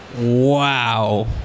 Wow